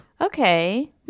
Okay